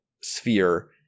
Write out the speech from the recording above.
sphere